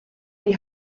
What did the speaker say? die